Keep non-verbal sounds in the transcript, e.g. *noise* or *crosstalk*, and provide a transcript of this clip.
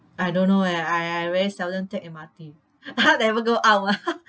I don't know eh I I very seldom take M_R_T *laughs* never go mah *laughs*